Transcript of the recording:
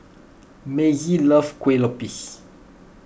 Mazie loves Kue Lupis